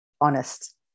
honest